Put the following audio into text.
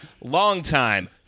Longtime